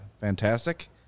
Fantastic